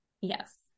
Yes